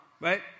right